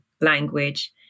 language